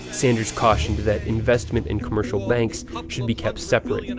sanders cautioned that investment and commercial banks should be kept separate, and